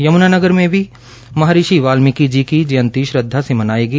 यमुनानगर में भी महर्षि वाल्मीकि जी की जयंती श्रद्धा से मनाई गई